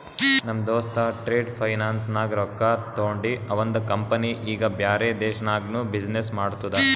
ನಮ್ ದೋಸ್ತ trade finance ನಾಗ್ ರೊಕ್ಕಾ ತೊಂಡಿ ಅವಂದ ಕಂಪನಿ ಈಗ ಬ್ಯಾರೆ ದೇಶನಾಗ್ನು ಬಿಸಿನ್ನೆಸ್ ಮಾಡ್ತುದ